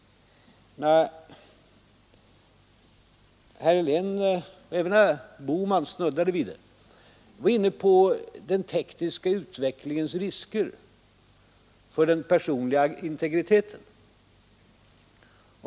Herr Helén var inne på den tekniska utvecklingens risker — även herr Bohman snuddade vid det — för den personliga integriteten.